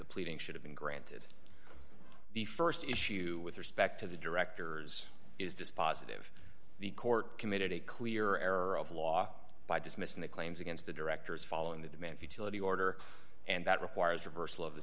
the pleadings should have been granted the st issue with respect to the directors is dispositive the court committed a clear error of law by dismissing the claims against the directors following the demands utility order and that requires reversal of the